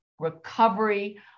recovery